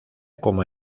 como